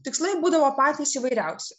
tikslai būdavo patys įvairiausi